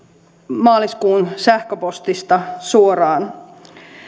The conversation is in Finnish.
maaliskuun sähköpostista suoraan